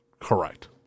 correct